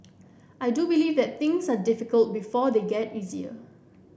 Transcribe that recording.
I do believe that things are difficult before they get easier